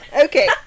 Okay